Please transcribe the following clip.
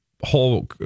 whole